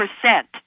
percent